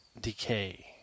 decay